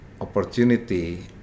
opportunity